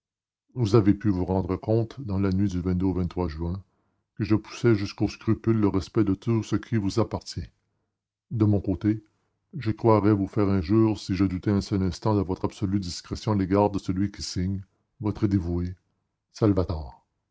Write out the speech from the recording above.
vous avez pu vous rendre compte dans la nuit du au juin que je poussais jusqu'au scrupule le respect de tout ce qui vous appartient de mon côté je croirais vous faire injure si je doutais un seul instant de votre absolue discrétion à l'égard de celui qui signe votre dévoué salvator